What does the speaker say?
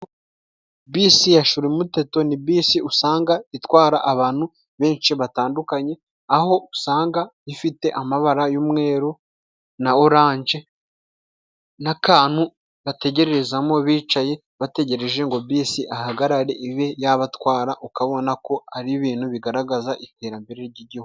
Bisi ya shirumuteto ni bisi usanga itwara abantu benshi batandukanye, aho usanga ifite amabara y'umweru na orange, n'akantu bategererezamo bicaye bategereje ngo bisi ihahagarare ibe yabatwara, ukabona ko ari ibintu bigaragaza iterambere ry'Igihugu.